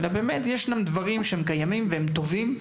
אלא ישנם דברים שהם קיימים והם טובים,